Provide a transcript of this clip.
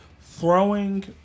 throwing